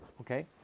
okay